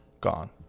gone